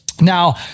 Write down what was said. Now